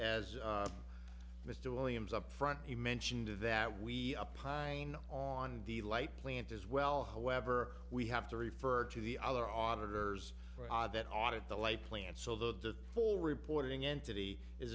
as mr williams up front he mentioned that we up pine on the light plant as well however we have to refer to the other auditor's rod that audit the light plant so the whole reporting entity is